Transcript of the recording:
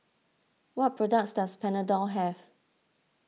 what products does Panadol have